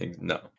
No